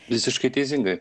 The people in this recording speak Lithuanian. visiškai teisingai